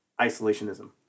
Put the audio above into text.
isolationism